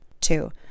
two